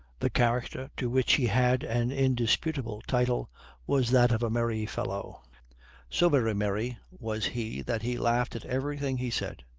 the character to which he had an indisputable title was that of a merry fellow so very merry was he that he laughed at everything he said,